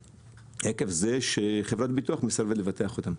עקב זה שחברת ביטוח מסרבת לבטח אותם.